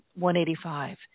185